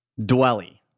dwelly